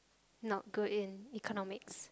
not good in Economics